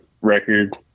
record